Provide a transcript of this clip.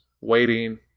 waiting